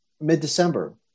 mid-December